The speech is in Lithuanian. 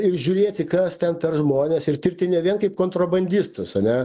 ir žiūrėti kas ten per žmonės ir tirti ne vien kaip kontrabandistus ane